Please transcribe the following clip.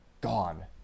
gone